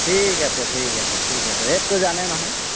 ঠিক আছে ঠিক আছে ঠিক আছে ৰেটটো জানে নহয়